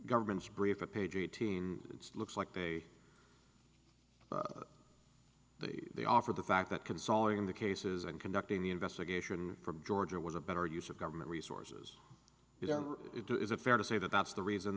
government's brief or page eighteen it's looks like the the they offered the fact that consoling the cases and conducting the investigation from georgia was a better use of government resources to is it fair to say that that's the reason